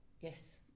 Yes